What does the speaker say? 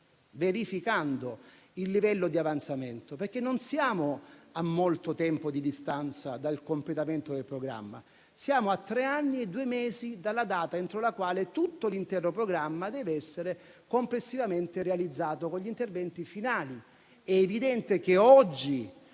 verificando il livello di avanzamento, perché non manca molto al momento del completamento del programma: siamo a tre anni e due mesi dalla data entro la quale tutto l'intero programma dev'essere complessivamente realizzato con gli interventi finali. È evidente che oggi